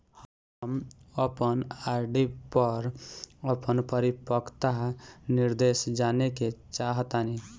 हम अपन आर.डी पर अपन परिपक्वता निर्देश जानेके चाहतानी